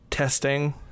Testing